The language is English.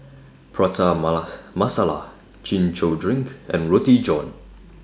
Prata Masala Chin Chow Drink and Roti John